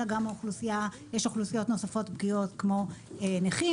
אלא גם יש אוכלוסיות נוספות פגיעות כמו נכים,